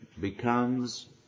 becomes